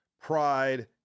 pride